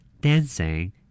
dancing